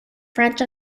french